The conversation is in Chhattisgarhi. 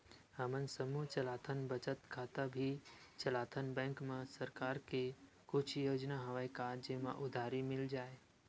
हमन समूह चलाथन बचत खाता भी चलाथन बैंक मा सरकार के कुछ योजना हवय का जेमा उधारी मिल जाय?